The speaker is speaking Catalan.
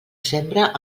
sembra